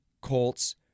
colts